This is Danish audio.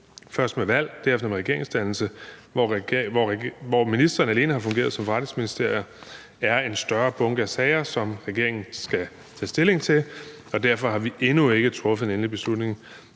først med valg og derefter med regeringsdannelse, hvor ministerierne alene har fungeret som forretningsministerier, er en større bunke af sager, som regeringen skal tage stilling til. Derfor har vi endnu ikke truffet en endelig beslutning